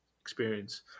experience